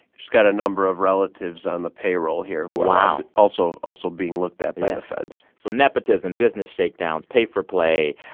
she's got a number of relatives on the payroll here who are. wow. also also being looked at by the feds so nepotism, business shakedowns, pay for play.